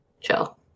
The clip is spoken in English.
Chill